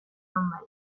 nonbait